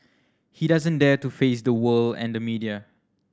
he doesn't dare to face the world and the media